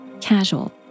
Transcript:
casual